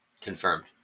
confirmed